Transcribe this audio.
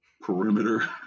perimeter